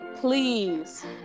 please